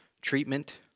treatment